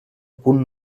punt